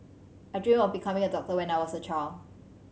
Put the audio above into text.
I dreamt of becoming a doctor when I was a child